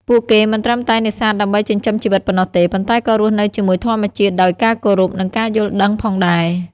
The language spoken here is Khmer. ពួកគេមិនត្រឹមតែនេសាទដើម្បីចិញ្ចឹមជីវិតប៉ុណ្ណោះទេ ប៉ុន្តែក៏រស់នៅជាមួយធម្មជាតិដោយការគោរព និងការយល់ដឹងផងដែរ។